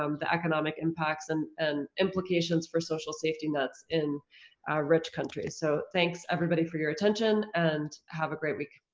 um the economic impacts and and implications for social safety nuts in rich countries. so thanks everybody for your attention and have a great week.